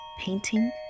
painting